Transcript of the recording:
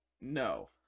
No